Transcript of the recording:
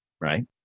right